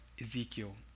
Ezekiel